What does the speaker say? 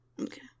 Okay